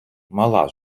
мала